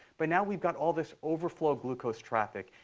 but now we've got all this overflow glucose traffic.